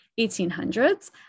1800s